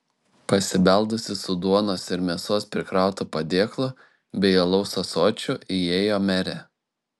pasibeldusi su duonos ir mėsos prikrautu padėklu bei alaus ąsočiu įėjo merė